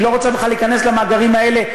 היא לא רוצה בכלל להיכנס למאגרים האלה,